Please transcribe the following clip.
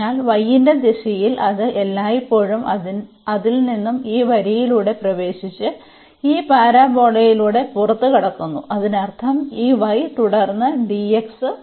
അതിനാൽ y ന്റെ ദിശയിൽ അത് എല്ലായ്പ്പോഴും അതിൽ നിന്ന് ഈ വരിയിലൂടെ പ്രവേശിച്ച് ഈ പരാബോളയിലൂടെ പുറത്തുകടക്കുന്നു അതിനർത്ഥം ഈ y തുടർന്ന് dx